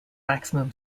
maximum